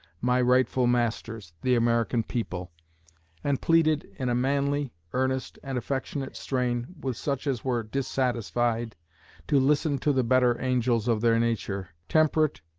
my rightful masters, the american people' and pleaded in a manly, earnest, and affectionate strain with such as were dissatisfied to listen to the better angels of their nature. temperate,